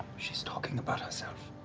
she's talking about herself.